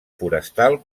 forestal